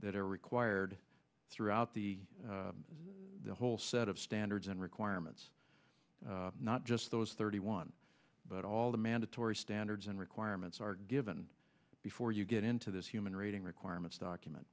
that are required throughout the whole set of standards and requirements not just those thirty one but all the mandatory standards and requirements are given before you get into this human rating requirements document